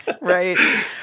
right